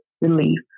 relief